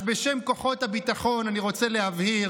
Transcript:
אז בשם כוחות הביטחון אני רוצה להבהיר